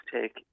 take